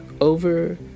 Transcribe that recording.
over